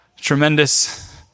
tremendous